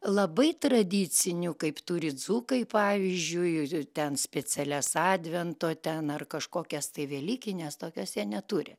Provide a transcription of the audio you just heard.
labai tradicinių kaip turi dzūkai pavyzdžiui ten specialias advento ten ar kažkokias tai velykines tokias jie neturi